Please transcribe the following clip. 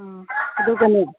ꯑꯗꯨꯒꯅꯦ